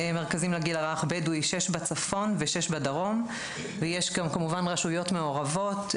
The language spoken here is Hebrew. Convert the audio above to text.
אצל הבדואים יש שש בצפון ושש בדרום והיתר ברשויות המעורבות,